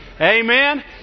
Amen